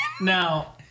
Now